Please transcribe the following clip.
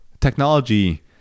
technology